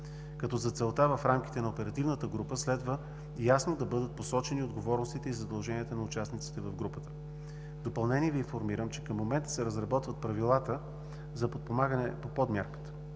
като за целта, в рамките на Оперативната група следва ясно да бъдат посочени отговорностите и задълженията на участниците в групата. В допълнение Ви информирам, че към момента се разработват правилата за подпомагане по подмярката.